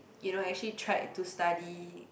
you know actually tried to study